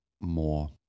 more